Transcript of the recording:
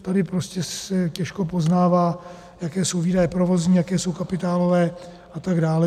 Tady prostě se těžko poznává, jaké jsou výdaje provozní, jaké jsou kapitálové atd.